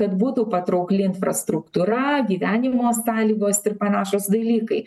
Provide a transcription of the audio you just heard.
kad būtų patraukli infrastruktūra gyvenimo sąlygos ir panašūs dalykai